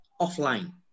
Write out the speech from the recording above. offline